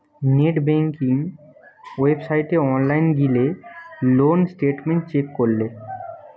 net banking ওয়েবসাইটে online গিলে loan statement check করলে